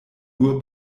nur